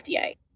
FDA